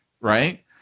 Right